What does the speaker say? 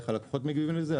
איך הלקוחות מגיבים לזה.